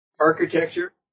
architecture